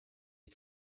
est